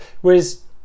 Whereas